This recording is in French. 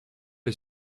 est